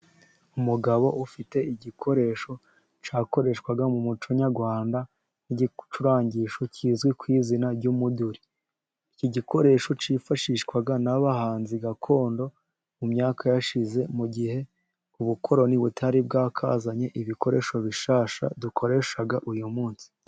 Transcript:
Umugabo ufite igikoresho cyakoreshwaga mu muco nyarwanda nk'igicurangisho kizwi ku izina ry'umuduri. Iki gikoresho cyifashishwaga n'abahanzi gakondo mu myaka yashize mu gihe ubukoroRoni butari bwakazanye ibikoresho bishasha dukoresha uyu munsi.